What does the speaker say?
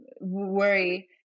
worry